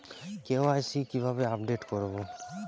KYC কিভাবে update করব?